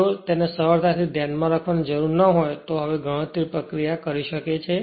જો તેને સરળતાથી ધ્યાનમાં રાખવાની જરૂર ન હોય તો તે હવે ગણતરી પ્રક્રિયા કરી શકે છે